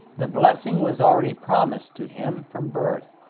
the blessing was already promised to him from birth,